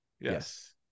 Yes